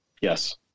Yes